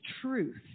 truth